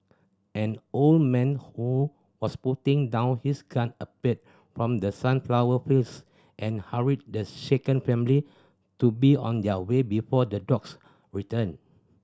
an old man who was putting down his gun appeared from the sunflower fields and hurried the shaken family to be on their way before the dogs return